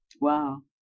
wow